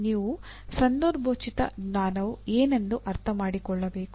ನೀವು ಸಂದರ್ಭೋಚಿತ ಜ್ಞಾನವು ಏನೆಂದು ಅರ್ಥಮಾಡಿಕೊಳ್ಳಬೇಕು